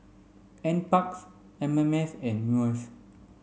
N Parks M M S and MUIS